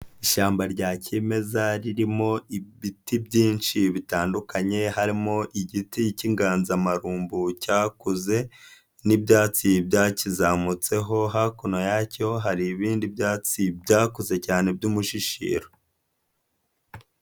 Ishyamba rya kimeza ririmo ibiti byinshi bitandukanye harimo igiti cy'inganzamarumbu cyakuze n'ibyatsi byakizamutseho, hakuno yacyo hari ibindi byatsi byakoze cyane by'umushishiro.